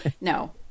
No